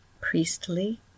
Priestly